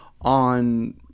on